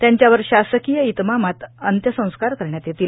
त्यांच्यावर शासकीय इतमामात मध्ये अंत्यसंस्कार करण्यात येतील